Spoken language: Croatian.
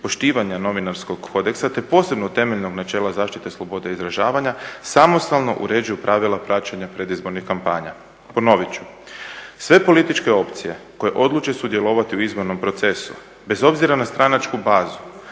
poštovanja novinarskog kodeksa te posebno temeljem načela zaštite slobode izražavanja, samostalno uređuju pravila praćenja predizbornih kampanja. Ponovit ću, sve političke opcije koje odluče sudjelovati u izbornom procesu bez obzira na stranačku bazu,